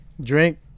Drink